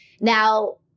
Now